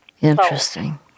Interesting